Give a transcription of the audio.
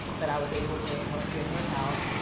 but i was able to help get her out,